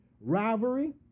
rivalry